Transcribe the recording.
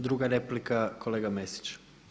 Druga replika, kolega Mesić.